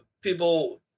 people